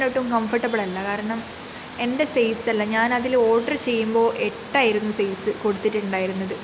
ഞാൻ ഒട്ടും കംഫർട്ടബിള്ളല്ല കാരണം എൻ്റെ സൈസ് അല്ല ഞാൻ അതിൽ ഓർഡർ ചെയ്യുമ്പോൾ എട്ടായിരുന്നു സൈസ് കൊടുത്തിട്ടുണ്ടായിരുന്നത്